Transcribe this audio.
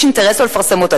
יש אינטרס לא לפרסם אותו.